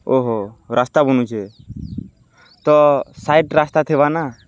ଓହୋ ରାସ୍ତା ବୁନୁଚେ ତ ସାଇଟ୍ ରାସ୍ତା ଥିବା ନା